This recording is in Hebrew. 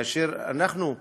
כאשר אנחנו,